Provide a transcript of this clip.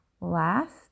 last